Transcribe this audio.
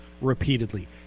repeatedly